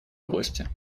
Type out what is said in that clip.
области